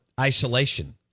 isolation